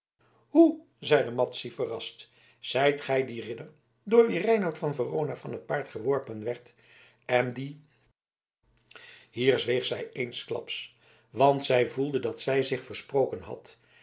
hoe zeide madzy verrast zijt gij die ridder door wien reinout van verona van t paard geworpen werd en die hier zweeg zij eensklaps want zij voelde dat zij zich versproken had